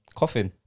coffin